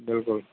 ਬਿਲਕੁਲ